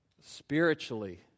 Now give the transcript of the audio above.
Spiritually